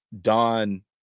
don